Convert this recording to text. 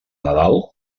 nadal